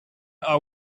are